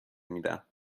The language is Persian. میدم